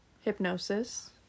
hypnosis